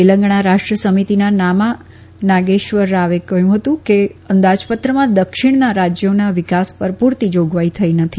તેલંગણા રાષ્ટ્ર સમિતિના નામા નાગેશ્વર રાવે કહ્યું કે અંદાજપત્રમાં દક્ષિણનાં રાજયોના વિકાસ પર પૂરતી જાગવાઇ થઇ નથી